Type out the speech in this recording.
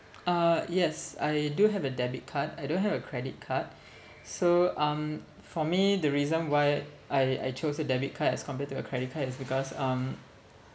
uh yes I do have a debit card I don't have a credit card so um for me the reason why I I chose a debit card as compared to a credit card is because um